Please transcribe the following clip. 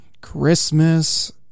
Christmas